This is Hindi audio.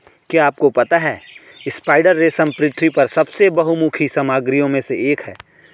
क्या आपको पता है स्पाइडर रेशम पृथ्वी पर सबसे बहुमुखी सामग्रियों में से एक है?